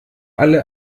alle